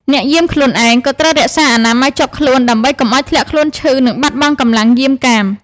អ្នកយាមខ្លួនឯងក៏ត្រូវរក្សាអនាម័យជាប់ខ្លួន ដើម្បីកុំឱ្យធ្លាក់ខ្លួនឈឺ និងបាត់បង់កម្លាំងយាមកាម។